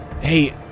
hey